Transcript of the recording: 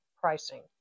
pricing